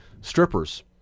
strippers